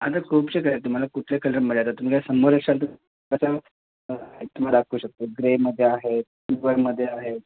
आता खूपसे कलर आहेत तुम्हाला कुठल्या कलरमध्ये आता तुम्ही काय समोर असाल तर कसं तुमा दाखवू शकतो ग्रेमध्ये आहे सिल्वरमध्ये आहे